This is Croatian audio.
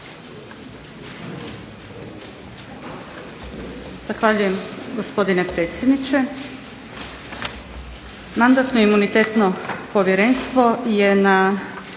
Zahvaljujem gospodine predsjedniče. Mandatno-imunitetno povjerenstvo je na